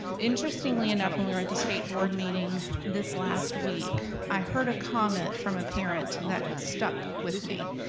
interestingly enough, when we were at the state board meeting this last week, i heard a comment from a parent that stuck with me.